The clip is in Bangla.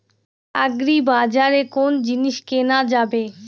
আগ্রিবাজারে কোন জিনিস কেনা যাবে?